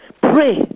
Pray